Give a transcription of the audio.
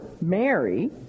Mary